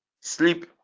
sleep